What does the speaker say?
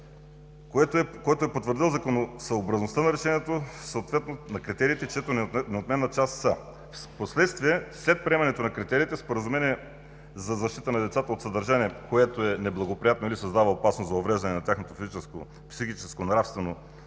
съд е потвърдил законосъобразността на Решението, съответно на критериите, чиято неотменна част са. Впоследствие след приемането на критериите на Споразумение за защита на децата от съдържание, което е неблагоприятно или създава опасност за увреждане на тяхното физическо, психическо, нравствено,